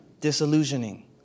Disillusioning